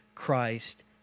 Christ